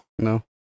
No